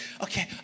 Okay